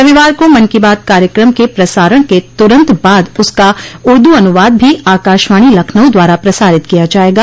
रविवार को मन की बात कार्यक्रम के प्रसारण के तुरन्त बाद उसका उर्दू अनुवाद भी आकाशवाणी लखनऊ द्वारा प्रसारित किया जायेगा